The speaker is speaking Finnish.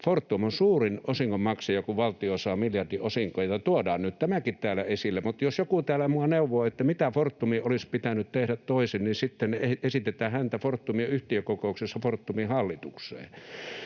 Fortum on suurin osingonmaksaja, kun valtio saa miljardiosinkoja. Tuodaan nyt tämäkin täällä esille. Mutta jos joku täällä minua neuvoo, että mitä Fortumin olisi pitänyt tehdä toisin, niin sitten esitetään häntä Fortumin yhtiökokouksessa Fortumin hallitukseen.